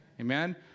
Amen